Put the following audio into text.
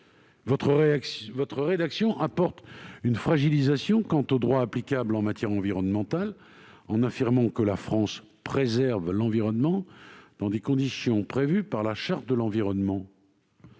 s'ils étaient adoptés, fragiliseraient le droit applicable en matière environnementale en affirmant que la France préserve l'environnement « dans les conditions prévues par la Charte de l'environnement